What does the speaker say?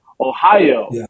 Ohio